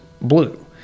blue